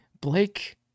Blake